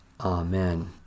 Amen